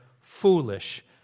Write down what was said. foolish